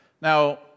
Now